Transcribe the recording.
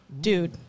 Dude